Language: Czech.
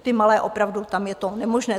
Ty malé, opravdu tam je to nemožné.